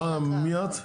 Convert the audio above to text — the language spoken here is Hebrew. מה, מי את?